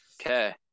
Okay